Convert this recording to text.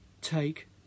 Take